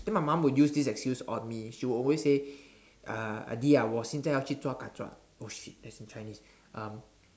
then my mum will use this excuse on me she'll always say uh ah di ah 我现在要去抓 kachoah oh shit that's in Chinese um